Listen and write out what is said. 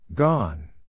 Gone